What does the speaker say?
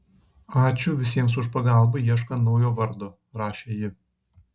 ačiū visiems už pagalbą ieškant naujo vardo rašė ji